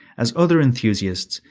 as other enthusiasts,